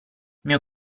mio